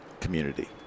community